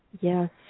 Yes